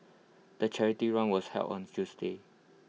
the charity run was held on A Tuesday